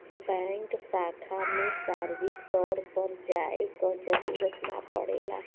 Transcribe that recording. bank शाखा में शारीरिक तौर पर जाये क जरुरत ना पड़ेला